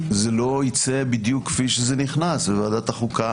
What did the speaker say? שזה לא ייצא בדיוק כפי שנכנס ו-וועדת החוקה